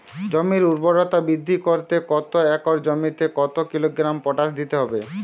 জমির ঊর্বরতা বৃদ্ধি করতে এক একর জমিতে কত কিলোগ্রাম পটাশ দিতে হবে?